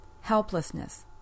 Helplessness